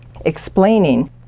explaining